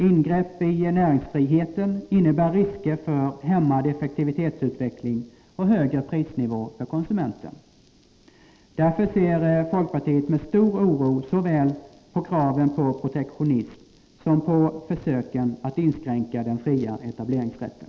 Ingrepp i näringsfriheten innebär risker för hämmad effektivitetsutveckling och högre prisnivå för konsumenten. Därför ser folkpartiet med stor oro såväl på kraven på protektionism som på försöken att inskränka den fria etableringsrätten.